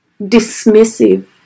dismissive